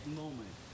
moment